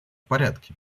порядке